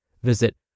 Visit